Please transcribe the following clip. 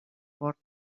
porta